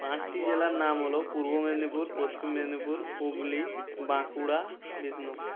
পাঁসটি জেলার নাম হলো পূর্ব মেদিনীপুর পশ্চিম মেদিনীপুর হুগলি বাঁকুড়া বিষ্ণুপুর